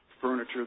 furniture